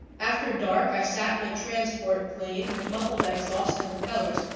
after dark i sat in a transport plane with muffled exhaust and propellers,